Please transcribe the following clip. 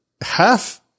half